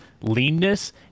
leanness